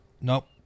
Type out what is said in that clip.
Nope